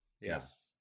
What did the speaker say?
Yes